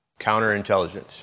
Counterintelligence